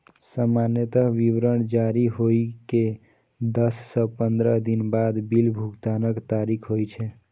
सामान्यतः विवरण जारी होइ के दस सं पंद्रह दिन बाद बिल भुगतानक तारीख होइ छै